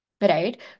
right